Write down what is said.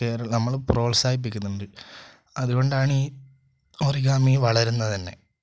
കേരളം നമ്മൾ പ്രോത്സാഹിപ്പിക്കുന്നുണ്ട് അതുകൊണ്ടാണ് ഈ ഒറിഗാമി വളരുന്നത് തന്നെ